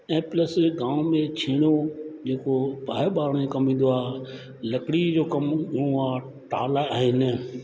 ऐं प्लस गांव में छेणो जेको बाहि बारण जे कमु ईंदो आहे लकड़ी जो कम जूं आहे दाल आहिनि